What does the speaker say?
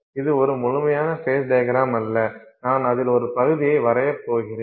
இது ஒரு முழுமையான ஃபேஸ் டையக்ரம் அல்ல நான் அதில் ஒரு பகுதியை வரையப் போகிறேன்